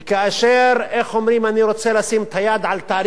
ואני רוצה לשים את היד על תאריך,